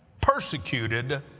Persecuted